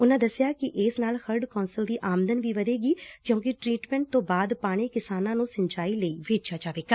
ਉਨਾਂ ਦਸਿਆ ਕਿ ਇਸ ਨਾਲ ਖਰਤ ਕੋਂਸਲ ਦੀ ਆਮਦਨ ਵੀ ਵਧੇਗੀ ਕਿਉਂਕਿ ਟਰੀਟਮੈਂਟ ਤੋਂ ਬਾਅਦ ਪਾਣੀ ਕਿਸਾਨਾਂ ਨੁੰ ਸਿੰਜਾਈ ਲਈ ਵੇਚਿਆ ਜਾਏਗਾ